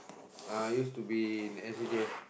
uh used to be in S_C_D_F